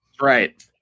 Right